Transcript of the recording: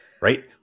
right